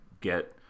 get